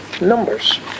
Numbers